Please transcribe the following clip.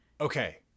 Okay